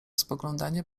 spoglądanie